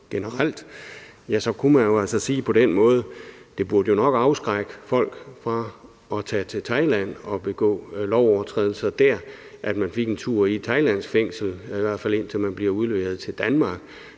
– kunne man jo altså på den måde sige, at det burde afskrække folk fra at tage til Thailand og begå lovovertrædelser dér, at man kan få en tur i et thailandsk fængsel, i hvert fald indtil man bliver udleveret til Danmark.